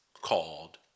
called